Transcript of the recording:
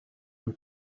them